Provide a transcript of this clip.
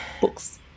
books